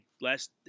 last